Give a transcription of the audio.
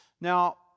Now